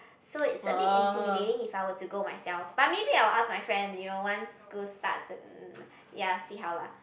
so it's a bit intimating if I were to go myself but maybe I will ask my friend you know once school starts mm ya see how lah